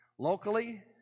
locally